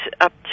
up